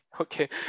okay